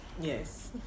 yes